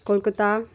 Kolkata